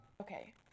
okay